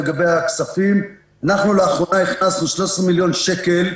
אנחנו באחרונה הכנסנו 13 מיליון שקל.